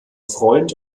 freund